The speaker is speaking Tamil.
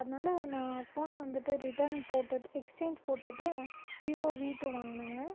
அதனால் நான் ஃபோனை வந்துட்டு ரிட்டன் போட்டுட்டு எக்ஸ்சேஞ்ச் போட்டுட்டு வீவோ வீ டூ வாங்கினேங்க